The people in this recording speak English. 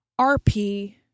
rp